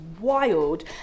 wild